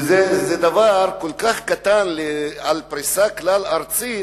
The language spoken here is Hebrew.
וזה דבר כל כך קטן בפריסה ארצית